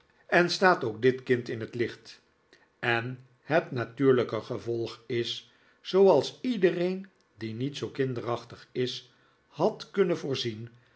en staat ook d i t kind in het licht en het natuurlijke gevolg is zooals iedereen die niet zoo kinderachtig is had kunnen voorzien